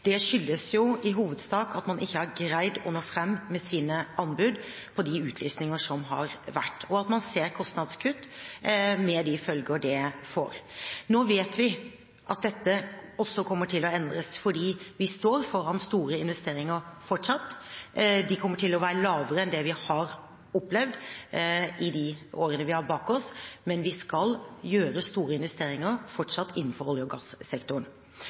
Det skyldes i hovedsak at man ikke har greid å nå fram med sine anbud på de utlysninger som har vært. Og man ser kostnadskutt, med de følger det får. Nå vet vi at dette også kommer til å endres, fordi vi står foran store investeringer fortsatt. De kommer til å være lavere enn det vi har opplevd i de årene vi har bak oss, men vi skal gjøre store investeringer fortsatt innenfor olje- og gassektoren.